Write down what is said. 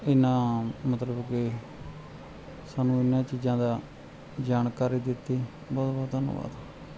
ਇਨਾ ਮਤਲਬ ਕਿ ਸਾਨੂੰ ਇਹਨਾਂ ਚੀਜ਼ਾਂ ਦਾ ਜਾਣਕਾਰੀ ਦਿੱਤੀ ਬਹੁਤ ਬਹੁਤ ਧੰਨਵਾਦ